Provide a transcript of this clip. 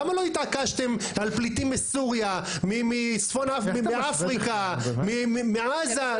למה לא התעקשתם על פליטים מסוריה, מאפריקה, מעזה?